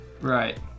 right